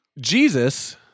Jesus